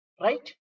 right